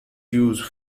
used